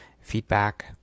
feedback